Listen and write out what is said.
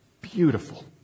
beautiful